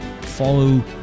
follow